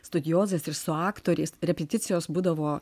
studijozais ir su aktoriais repeticijos būdavo